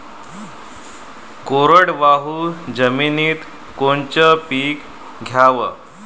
कोरडवाहू जमिनीत कोनचं पीक घ्याव?